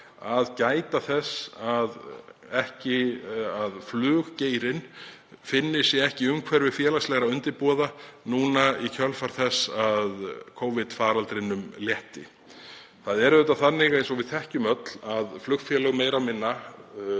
að gæta þess að fluggeirinn finni sig ekki í umhverfi félagslegra undirboða í kjölfar þess að Covid-faraldrinum létti. Það er auðvitað þannig, eins og við þekkjum öll, að flugfélög um allan hinn